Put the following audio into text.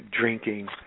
drinking